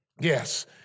Yes